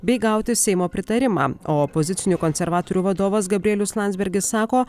bei gauti seimo pritarimą o opozicinių konservatorių vadovas gabrielius landsbergis sako